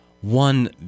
one